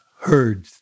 heard